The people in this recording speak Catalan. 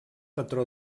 patró